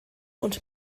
und